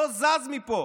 לא זז מפה,